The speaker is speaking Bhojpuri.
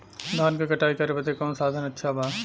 धान क कटाई करे बदे कवन साधन अच्छा बा?